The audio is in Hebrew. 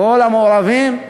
כל המעורבים,